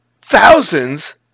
thousands